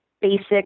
basic